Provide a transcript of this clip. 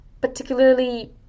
particularly